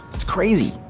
it's crazy!